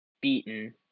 beaten